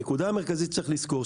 הנקודה המרכזית שצריך לזכור,